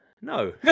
no